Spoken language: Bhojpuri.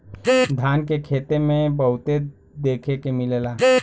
धान के खेते में बहुते देखे के मिलेला